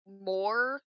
more